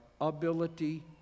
ability